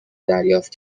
دریافت